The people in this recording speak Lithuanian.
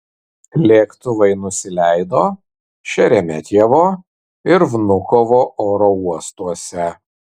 lėktuvai nusileido šeremetjevo ir vnukovo oro uostuose